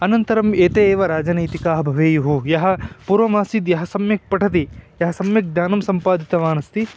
अनन्तरम् एते एव राजनैतिकाः भवेयुः यः पूर्वमासीद् यः सम्यक् पठति यः सम्यग् ज्ञानं सम्पादितवानस्ति